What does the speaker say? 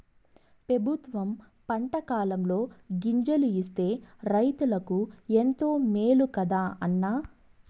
పెబుత్వం పంటకాలంలో గింజలు ఇస్తే రైతులకు ఎంతో మేలు కదా అన్న